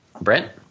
brent